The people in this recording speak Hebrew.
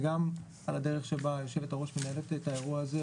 וגם על הדרך שבה היושבת-ראש מנהלת את האירוע הזה,